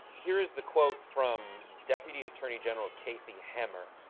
here is the quote from deputy attorney general casey hemmer.